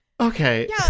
Okay